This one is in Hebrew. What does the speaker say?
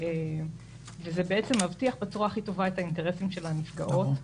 ולדעתנו זה מבטיח בצורה הכי טובה את האינטרסים של הנפגעות.